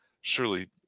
surely